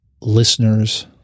listeners